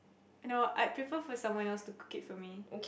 no I'd prefer for someone else to cook it for me